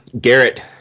Garrett